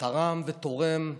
תרם ותורם,